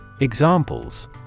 Examples